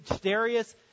Darius